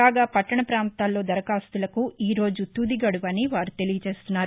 కాగా పట్టణ పాంతాల్లో దరఖాస్తులకు ఈ రోజు తుదిగడువు అని వారు తెలియజేశారు